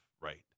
Right